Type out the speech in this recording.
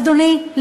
אדוני,